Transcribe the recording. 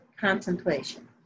contemplation